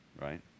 right